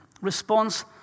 Response